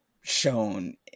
shown